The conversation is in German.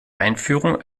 einführung